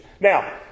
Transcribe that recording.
Now